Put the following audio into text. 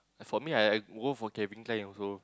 for me I I go for Calvin-Klein also